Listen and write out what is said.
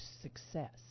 success